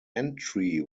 entry